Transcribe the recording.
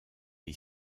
est